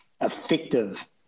effective